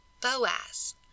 Boaz